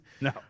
No